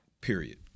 period